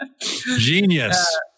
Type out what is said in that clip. genius